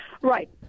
Right